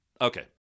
Okay